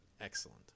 excellent